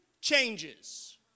changes